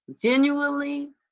genuinely